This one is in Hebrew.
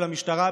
של המשטרה,